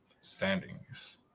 standings